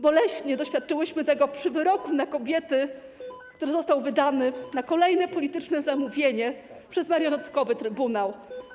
Boleśnie doświadczyłyśmy tego w przypadku wyroku na kobiety, który został wydany na kolejne polityczne zamówienie przez marionetkowy trybunał.